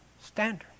standard